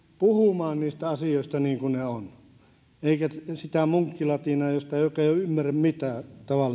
puhumaan niistä asioista niin kuin ne ovat eikä sitä munkkilatinaa josta ei oikein ymmärrä mitään